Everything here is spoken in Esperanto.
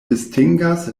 distingas